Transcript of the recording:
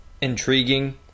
intriguing